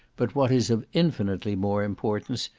but what is of infinitely more importance,